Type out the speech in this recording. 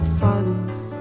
silence